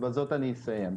בזאת אני מסיים.